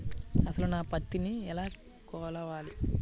అసలు నా పత్తిని ఎలా కొలవాలి?